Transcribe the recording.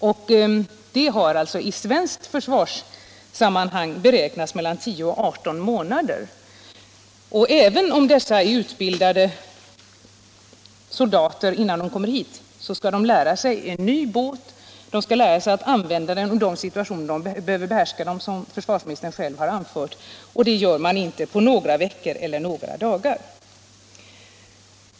Inom det svenska försvaret har man beräknat tiden till 10-18 månader. Även om vederbörande är utbildade soldater innan de kommer hit, skall de lära sig en ny båt. De skall lära sig att använda den i de situationer som försvarsministern själv nämnt, och det klarar de inte på några veckor eller några dagar.